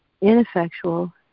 ineffectual